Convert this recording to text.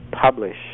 publish